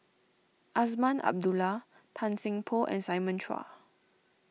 Azman Abdullah Tan Seng Poh and Simon Chua